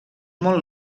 molt